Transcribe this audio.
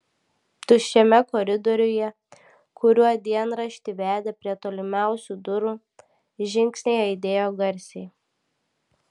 tuščiame koridoriuje kuriuo dienraštį vedė prie tolimiausių durų žingsniai aidėjo garsiai